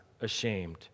ashamed